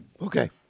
Okay